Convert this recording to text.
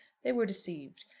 they were deceived.